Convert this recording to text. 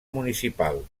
municipal